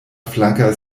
flanka